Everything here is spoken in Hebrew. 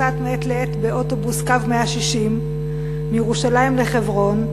מעת לעת באוטובוס בקו 160 מירושלים לחברון,